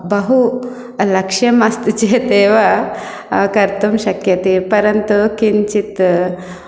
बहु लक्ष्यमस्ति चेत् एव कर्तुं शक्यते परन्तु किञ्चित्